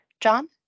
John